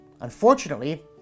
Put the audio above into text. Unfortunately